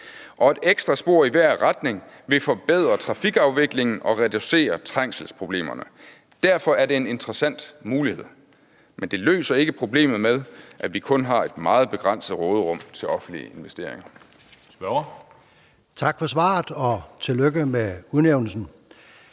og et ekstra spor i hver retning vil forbedre trafikafviklingen og reducere trængselsproblemerne. Derfor er det en interessant mulighed, men det løser ikke problemet med, at vi kun har et meget begrænset råderum til offentlige investeringer.